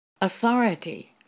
authority